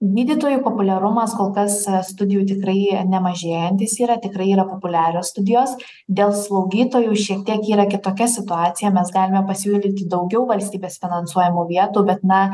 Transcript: gydytojų populiarumas kol kas studijų tikrai nemažėjantis yra tikrai yra populiarios studijos dėl slaugytojų šiek tiek yra kitokia situacija mes galime pasiūlyti daugiau valstybės finansuojamų vietų bet na